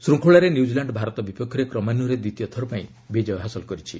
ଶୃଙ୍ଖଳାରେ ନ୍ୟୁଜିଲାଣ୍ଡ ଭାରତ ବିପକ୍ଷରେ କ୍ରମାନ୍ୱୟରେ ଦ୍ୱିତୀୟଥର ପାଇଁ ବିଜୟ ହାସଲ କରିଛି